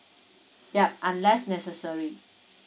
yup unless necessary